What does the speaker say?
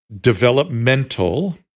developmental